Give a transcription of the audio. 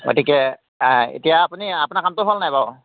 গতিকে এতিয়া আপুনি আপোনাৰ কামটো হ'লনে নাই বাৰু